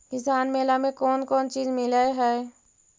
किसान मेला मे कोन कोन चिज मिलै है?